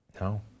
No